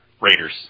Raiders